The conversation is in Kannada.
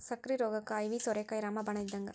ಸಕ್ಕ್ರಿ ರೋಗಕ್ಕ ಐವಿ ಸೋರೆಕಾಯಿ ರಾಮ ಬಾಣ ಇದ್ದಂಗ